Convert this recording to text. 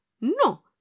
No